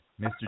Mr